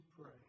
pray